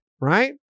right